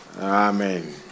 amen